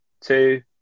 two